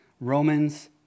Romans